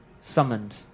summoned